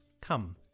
Come